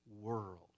world